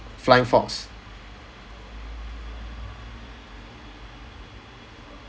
flying fox